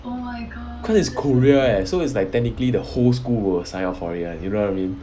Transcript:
cause is korea leh so it's like technically the whole school will sign up for it [one]